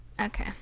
Okay